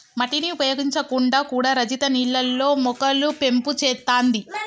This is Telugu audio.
మట్టిని ఉపయోగించకుండా కూడా రజిత నీళ్లల్లో మొక్కలు పెంపు చేత్తాంది